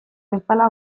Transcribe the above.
bezala